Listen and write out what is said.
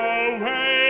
away